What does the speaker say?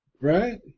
right